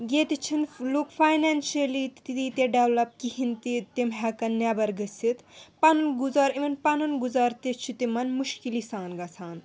ییٚتہِ چھِنہٕ لُکھ فاینانشلی تہِ تیٖتیٛاہ ڈیولَپ کِہیٖنۍ تہِ تِم ہٮ۪کَن نٮ۪بَر گٔژھِتھ پَنُن گُزار اِوٕن پَنُن گُزار تہِ چھِ تِمَن مُشکِلی سان گَژھان